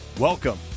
Welcome